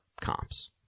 comps